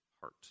heart